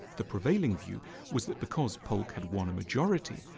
the prevailing view was that because polk had won a majority,